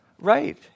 Right